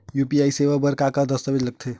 UPI सेवा बर का का दस्तावेज लगथे?